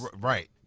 right